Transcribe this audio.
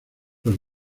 los